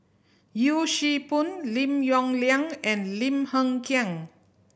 Yee Siew Pun Lim Yong Liang and Lim Hng Kiang